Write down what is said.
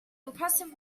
impressive